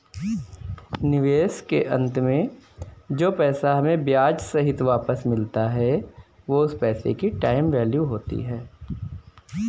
निवेश के अंत में जो पैसा हमें ब्याह सहित वापस मिलता है वो उस पैसे की टाइम वैल्यू होती है